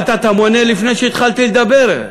לא הפריעו, הפעלת את המונה לפני שהתחלתי לדבר.